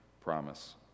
Promise